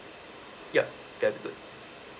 yup that'd be good